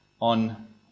on